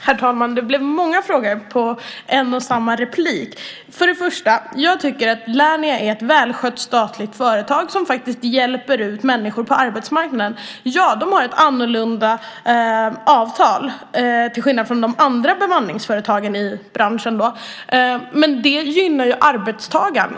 Herr talman! Det blev många frågor i en och samma replik. Först och främst tycker jag att Lernia är ett välskött statligt företag som faktiskt hjälper människor ut på arbetsmarknaden. Och det stämmer att man har ett annorlunda avtal, till skillnad från de andra bemanningsföretagen i branschen. Men det gynnar arbetstagarna.